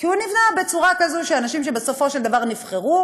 כי הוא נבנה בצורה כזאת שהאנשים שבסופו של דבר נבחרו